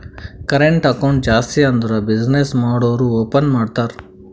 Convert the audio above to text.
current account ಜಾಸ್ತಿ ಅಂದುರ್ business ಮಾಡೂರು ಓಪನ್ ಮಾಡ್ತಾರ